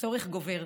הצורך גובר.